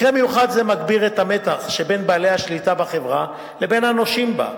מקרה מיוחד זה מגביר את המתח שבין בעלי השליטה בחברה לבין הנושים בה,